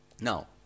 now